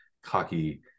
Cocky